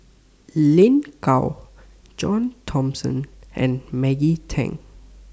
Lin Gao John Thomson and Maggie Teng